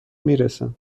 میرسم